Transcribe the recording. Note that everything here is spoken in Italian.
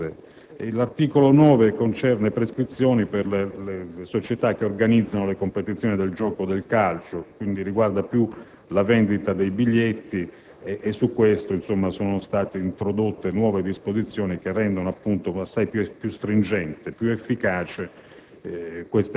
virtuose. L'articolo 9 concerne prescrizioni per le società che organizzano le competizioni del gioco del calcio. Quindi, esso riguarda piuttosto la vendita dei biglietti; al riguardo, sono state introdotte nuove disposizioni che rendano assai più stringenti ed efficaci